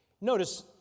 Notice